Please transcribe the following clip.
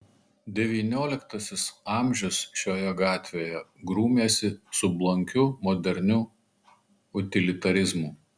devynioliktasis amžius šioje gatvėje grūmėsi su blankiu moderniu utilitarizmu